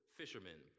fishermen